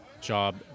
job